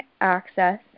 Access